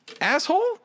Asshole